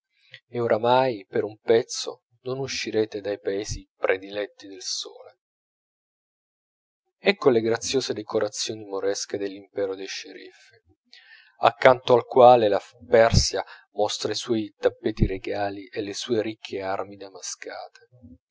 e oramai per un pezzo non uscirete dai paesi prediletti dal sole ecco le graziose decorazioni moresche dell'impero dei sceriffi accanto al quale la persia mostra i suoi tappeti regali e le sue ricche armi